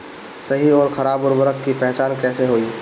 सही अउर खराब उर्बरक के पहचान कैसे होई?